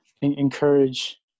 encourage